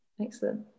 Excellent